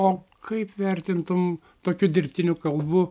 o kaip vertintum tokių dirbtinių kalbų